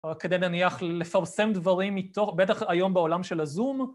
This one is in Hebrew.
או כדי נניח לפרסם דברים מתוך, בטח היום בעולם של הזום.